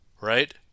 right